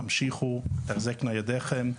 תמשיכו, תחזקנה ידיכם,